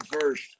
first